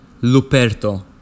Luperto